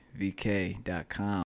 VK.com